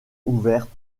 ouverte